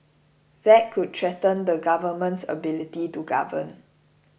that could threaten the government's ability to govern